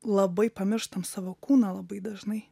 labai pamirštam savo kūną labai dažnai